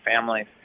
families